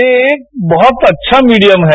ये एक बहुत अच्छा मीडियम है